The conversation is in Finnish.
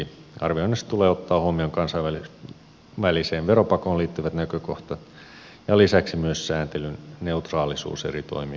arvioinnissa tulee ottaa huomioon kansainväliseen veropakoon liittyvien näkökohtien lisäksi myös sääntelyn neutraalisuus eri toimijoiden kesken